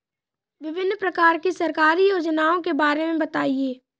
विभिन्न प्रकार की सरकारी योजनाओं के बारे में बताइए?